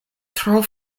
tro